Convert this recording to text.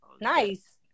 Nice